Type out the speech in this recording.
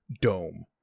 dome